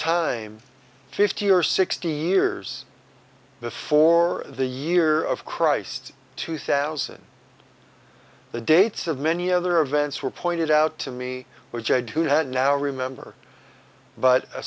time fifty or sixty years before the year of christ two thousand the dates of many other events were pointed out to me which i do had now remember but a